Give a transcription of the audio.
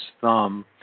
thumb